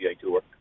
Tour